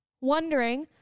wondering